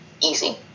easy